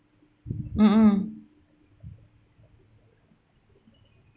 mm mm